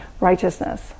righteousness